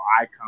icon